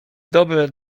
dobre